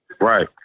Right